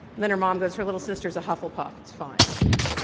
and then her mom goes her little sister is a hufflepuff. it's fine.